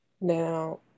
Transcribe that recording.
Now